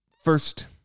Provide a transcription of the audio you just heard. First